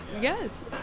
yes